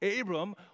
Abram